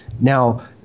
Now